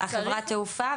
מול חברת התעופה,